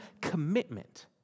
commitment